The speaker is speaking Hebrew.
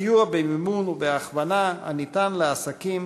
הסיוע במימון ובהכוונה הניתן לעסקים